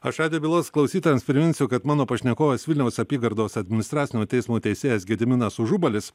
aš radijo bylos bylos klausytojams priminsiu kad mano pašnekovas vilniaus apygardos administracinio teismo teisėjas gediminas užubalis